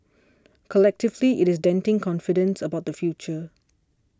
collectively it's denting confidence about the future